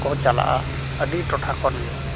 ᱠᱚ ᱪᱟᱞᱟᱜᱼᱟ ᱟᱹᱰᱤ ᱴᱚᱴᱷᱟ ᱠᱷᱚᱱ ᱜᱮ